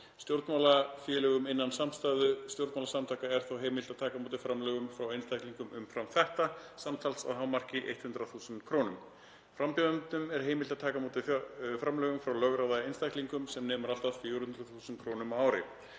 Stjórnmálafélögum innan samstæðu stjórnmálasamtaka er þó heimilt að taka á móti framlögum frá einstaklingum umfram þetta, samtals að hámarki 100.000 kr. Frambjóðendum er heimilt að taka á móti framlögum frá lögráða einstaklingum sem nemur allt að 400.000 kr. á ári.“